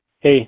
Hey